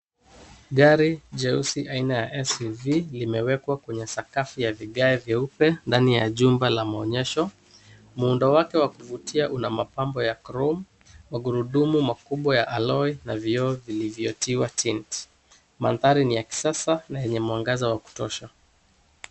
Gari jeusi aina ya SUV limewekwa kwenye sakafu ya vigae vyeupe ndani ya jumba la maonyesho, muundo wake wa kuvutia una mapambo ya Chrome , magurudumu makubwa ya Aloi na vyoo vilivyotiwa tint ,mandhari ni ya kisasa na yenye mwangaza wa kutosha.